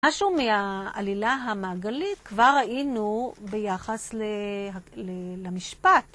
משהו מהעלילה המעגלית כבר ראינו ביחס למשפט.